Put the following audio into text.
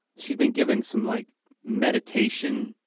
she's been given some like meditation,